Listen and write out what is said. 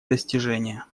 достижение